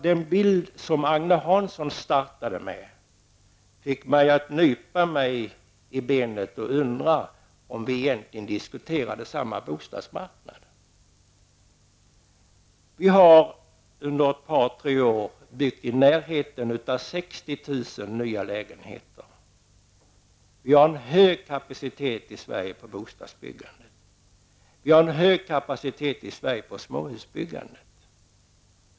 Den bild som Agne Hansson inledde med att måla upp, fick mig att nypa mig i benet och undra om vi egentligen diskuterade samma bostadsmarknad. Vi har på ett par tre år byggt omkring 60 000 nya lägenheter. Vi har hög kapacitet på bostadsbyggandet i Sverige. Vi har en hög kapacitet också på småhusbyggandet i Sverige.